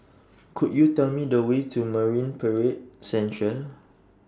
Could YOU Tell Me The Way to Marine Parade Central